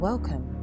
Welcome